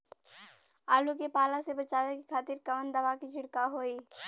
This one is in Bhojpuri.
आलू के पाला से बचावे के खातिर कवन दवा के छिड़काव होई?